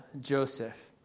Joseph